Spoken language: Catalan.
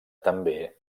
també